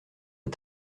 sur